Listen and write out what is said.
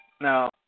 Now